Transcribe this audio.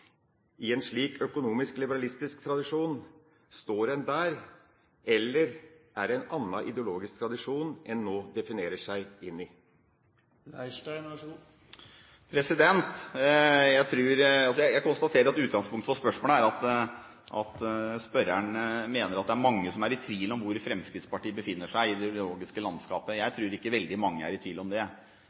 i en slik økonomisk, liberalistisk tradisjon, eller er det en annen ideologisk tradisjon en nå definerer seg inn i? Jeg konstaterer at utgangspunktet for spørsmålet er at spørreren mener at det er mange som er i tvil om hvor Fremskrittspartiet befinner seg i det ideologiske landskapet. Jeg tror ikke veldig mange er i tvil om det.